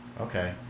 Okay